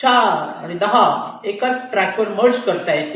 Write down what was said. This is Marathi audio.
4 आणि 10 एकाच ट्रॅकवर मर्ज करता येतील